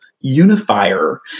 unifier